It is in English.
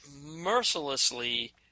mercilessly